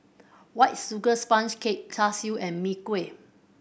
White Sugar Sponge Cake Char Siu and Mee Kuah